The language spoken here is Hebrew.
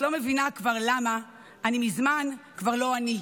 / את לא מבינה כבר למה / אני מזמן כבר לא אני.